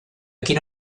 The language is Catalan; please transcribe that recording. quina